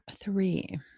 three